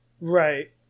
Right